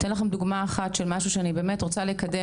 אני אתן לכם דוגמה אחת של משהו שאני רוצה לקדם